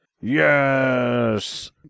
yes